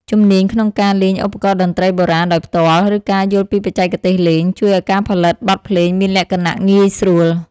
ជំនាញក្នុងការលេងឧបករណ៍តន្ត្រីបុរាណដោយផ្ទាល់ ឬការយល់ពីបច្ចេកទេសលេង ជួយឱ្យការផលិតបទភ្លេងមានលក្ខណៈងាយស្រួល។